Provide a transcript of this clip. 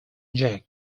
jack